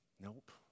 Nope